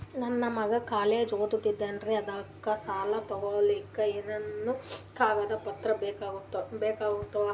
ನನ್ನ ಮಗ ಕಾಲೇಜ್ ಓದತಿನಿಂತಾನ್ರಿ ಅದಕ ಸಾಲಾ ತೊಗೊಲಿಕ ಎನೆನ ಕಾಗದ ಪತ್ರ ಬೇಕಾಗ್ತಾವು?